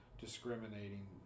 discriminating